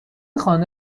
خانه